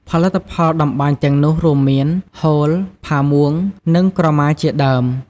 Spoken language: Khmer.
ផលិតផលតម្បាញទាំងនោះរួមមាន ហូល ផាមួង និងក្រមាជាដើម។